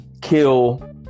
kill